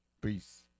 Peace